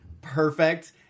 perfect